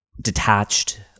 detached